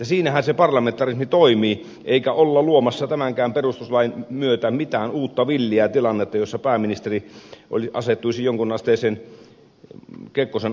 siinähän se parlamentarismi toimii eikä olla luomassa tämänkään perustuslain myötä mitään uutta villiä tilannetta jossa pääministeri asettuisi jonkun asteiseen kekkosen asemaan